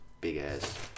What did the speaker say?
big-ass